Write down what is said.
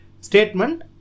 statement